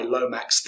Lomax